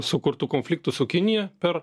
sukurtu konfliktu su kinija per